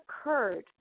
occurred